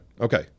Okay